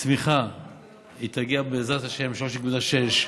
הצמיחה תגיע, בעזרת השם, ל-3.6.